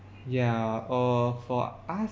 ya uh for us